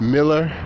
Miller